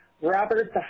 Robert